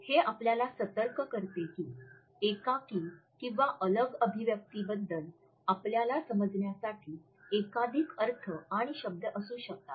हे आपल्याला सतर्क करते की एकाकी किंवा अलग अभिव्यक्तीबद्दल आपल्याला समजण्यासाठी एकाधिक अर्थ आणि शब्द असू शकतात